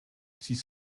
six